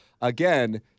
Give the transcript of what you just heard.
Again